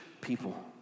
people